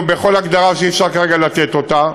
או בכל הגדרה שאי-אפשר כרגע לתת אותה,